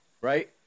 right